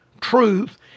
truth